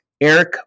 Eric